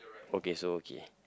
okay so okay